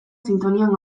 sintonian